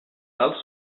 tals